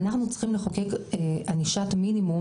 אנחנו צריכים לחוקק ענישת מינימום,